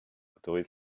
autorise